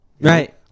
Right